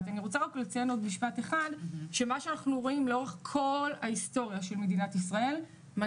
לציין שמה שאנחנו רואים שלאורך כל ההיסטוריה של מדינת ישראל הוא